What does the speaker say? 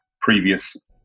previous